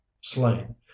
slain